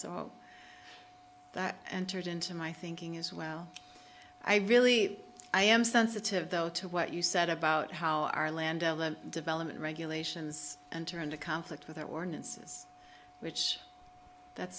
so that entered into my thinking as well i really am sensitive though to what you said about how our land development regulations enter into conflict with